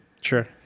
Sure